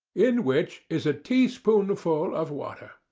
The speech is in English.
in which is a teaspoonful of water.